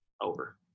over